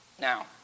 now